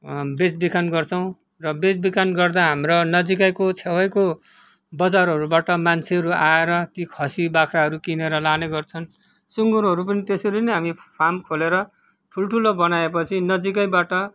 बेचबिखन गर्छौँ र बेचबिखन गर्दा हाम्रो नजिकैको छेउको बजारहरूबाट मान्छेहरू आएर ती खसी बाख्राहरू किनेर लाने गर्छन् सुँगुरहरू पनि त्यसरी नै हामी फार्म खेलेर ठुल्ठुलो बनाएपछि नजिकैबाट